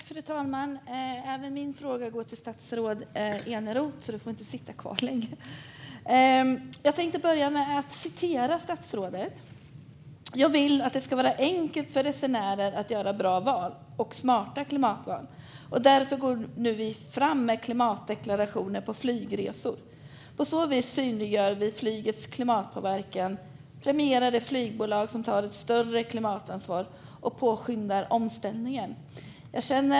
Fru talman! Även min fråga går till statsrådet Eneroth. Låt mig citera statsrådet: "Jag vill att det ska vara enkelt för resenärer att göra bra och smarta klimatval och därför går vi nu fram med klimatdeklarationer för flygresor. På så vis synliggör vi flygets klimatpåverkan, premierar de flygbolag som tar ett större klimatansvar och påskyndar omställningen."